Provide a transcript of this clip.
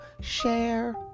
share